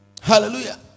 Hallelujah